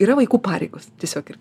yra vaikų pareigos tiesiog ir